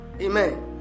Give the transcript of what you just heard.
Amen